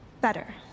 Better